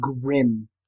grim